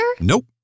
Nope